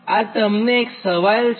આ તમને એક સવાલ છે